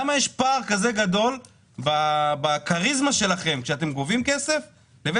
למה יש פער כזה גדול בכריזמה שלכם כשאתם גובים כסף לבין